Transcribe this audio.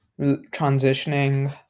transitioning